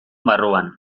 barruan